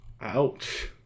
Ouch